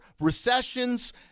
recessions